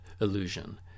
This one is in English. illusion